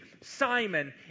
Simon